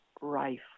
rife